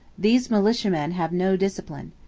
these militiamen have no discipline.